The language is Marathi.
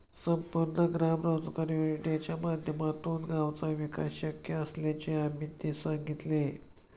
संपूर्ण ग्राम रोजगार योजनेच्या माध्यमातूनच गावाचा विकास शक्य असल्याचे अमीतने मीडियाला सांगितले